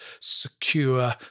secure